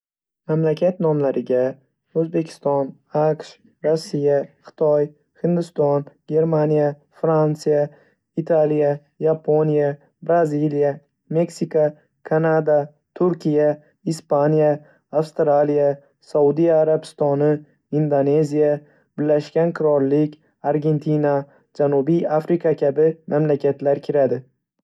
Mamlakat nomlariga: O‘zbekiston, AQSh, Rossiya, Xitoy, Hindiston, Germaniya, Fransiya, Italiya, Yaponiya, Braziliya, Meksika, Kanada, Turkiya, Ispaniya, Avstraliya, Saudiya Arabistoni, Indoneziya, Birlashgan Qirollik, Argentina, Janubiy Afrika kabi malakatlar kiradi.